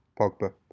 Pogba